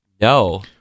No